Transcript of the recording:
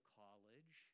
college